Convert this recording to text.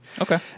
Okay